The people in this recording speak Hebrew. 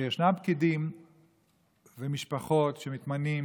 שישנם פקידים ומשפחות שמתמנים